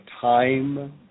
time